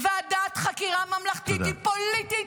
ועדת חקירה ממלכתית היא פוליטית,